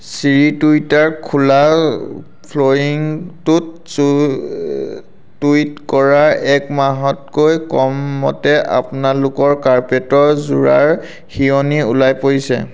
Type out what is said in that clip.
চিৰি টুইটাৰ খোলা ফ্ল'ৰিঙকোত টুইট কৰা এক মাহতকৈ কমতে আপোনালোকৰ কাৰ্পেটৰ জোৰাৰ সীয়নি ওলাই পৰিছে